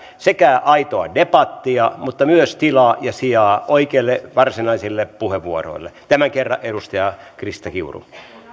sekä aitoa debattia että myös tilaa ja sijaa oikeille varsinaisille puheenvuoroille tämän kerran edustaja krista kiuru